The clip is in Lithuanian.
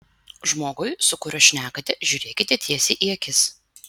žmogui su kuriuo šnekate žiūrėkite tiesiai į akis